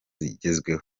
zigezweho